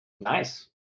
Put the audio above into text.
Nice